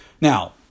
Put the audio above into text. Now